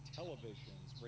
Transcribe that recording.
televisions